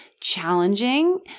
Challenging